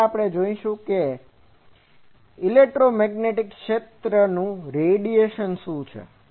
તો હવે આપણે જોઈશું કે ઇલેક્ટ્રોમેગ્નેટિક ક્ષેત્રોનું રેડિયેશન શું છે